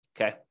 Okay